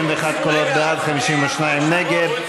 61 קולות בעד, 52 נגד.